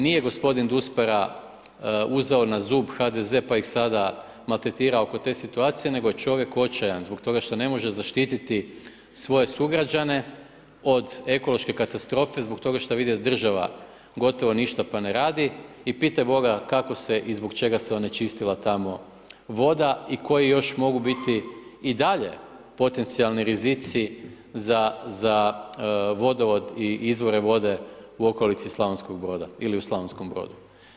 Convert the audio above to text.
Nije gospodin Duspara uzeo na zub HDZ pa ih sada maltretira oke te situacije, nego je čovjek očajan zbog toga što ne može zaštititi svoje sugrađane od ekološke katastrofe zbog toga što vidi da država gotovo ništa pa ne radi i pitaj boga kako se i zbog čega se onečistila tamo voda i koji još mogu biti i dalje potencijalni rizici za vodovod i izvore vode u okolici Slavonskog Broda ili u Slavonskom Brodu.